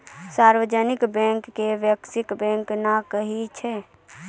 सार्जवनिक bank के bankers bank नै कहै छै